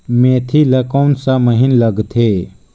मेंथी ला कोन सा महीन लगथे?